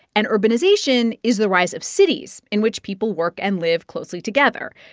and urbanization is the rise of cities, in which people work and live closely together.